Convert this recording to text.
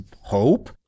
hope